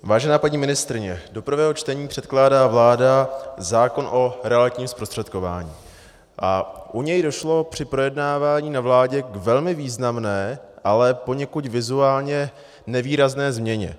Vážená paní ministryně, do prvého čtení předkládá vláda zákon o realitním zprostředkování a u něj došlo při projednávání na vládě k velmi významné, ale k poněkud vizuálně nevýrazné změně.